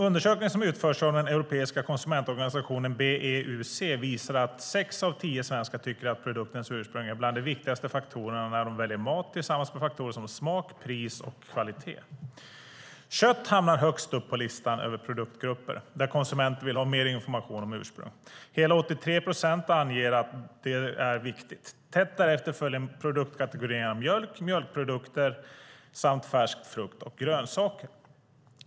Undersökningen, som utförts av den europeiska konsumentorganisationen BEUC, visar att sex av tio svenskar tycker att produkters ursprung är bland de viktigaste faktorerna när de väljer mat, tillsammans med faktorer som smak, pris och kvalitet. Kött hamnar högst upp på listan över produktgrupper där konsumenter vill ha mer information om ursprung. Hela 83 procent anger att det är viktigt. Tätt därefter följer produktkategorierna mjölk och mjölkprodukter samt färsk frukt och grönsaker.